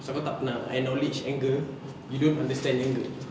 pasal kau tak pernah acknowledge anger you don't understand anger